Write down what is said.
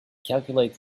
calculated